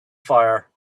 fire